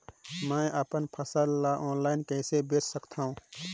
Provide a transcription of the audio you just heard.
मैं अपन फसल ल ऑनलाइन कइसे बेच सकथव?